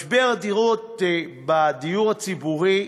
משבר הדירות בדיור הציבורי,